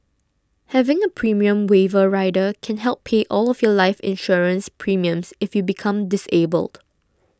having a premium waiver rider can help pay all of your life insurance premiums if you become disabled